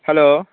hello